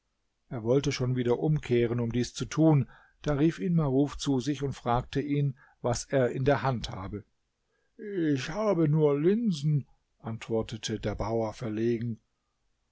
er wollte schon wieder umkehren um dies zu tun da rief ihn maruf zu sich und fragte ihn was er in der hand habe ich habe nur linsen antwortete der bauer verlegen